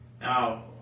now